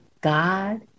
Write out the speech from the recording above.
God